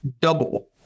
double